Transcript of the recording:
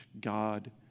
God